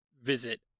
visit